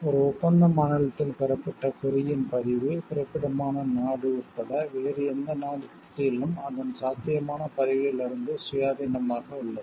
ஒரு ஒப்பந்த மாநிலத்தில் பெறப்பட்ட குறியின் பதிவு பிறப்பிடமான நாடு உட்பட வேறு எந்த நாட்டிலும் அதன் சாத்தியமான பதிவிலிருந்து சுயாதீனமாக உள்ளது